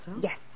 Yes